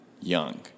young